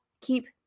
keep